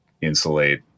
insulate